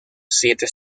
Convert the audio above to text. siete